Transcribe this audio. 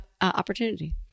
opportunity